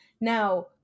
Now